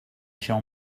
shall